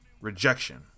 rejection